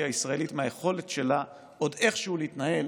הישראלית מהיכולת שלה עוד איכשהו להתנהל